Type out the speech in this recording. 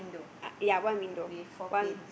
ya one window one